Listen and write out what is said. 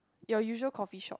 your usual coffee shop